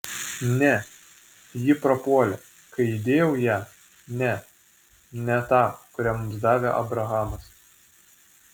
ne ji prapuolė kai įdėjau ją ne ne tą kurią mums davė abrahamas